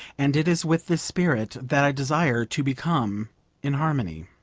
and it is with this spirit that i desire to become in harmony.